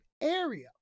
area